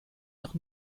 nach